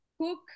cook